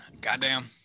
Goddamn